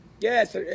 yes